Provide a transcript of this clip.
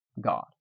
God